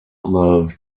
love